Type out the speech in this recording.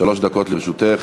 שלוש דקות לרשותך.